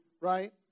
right